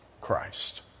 Christ